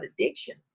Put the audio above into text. addiction